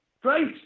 Great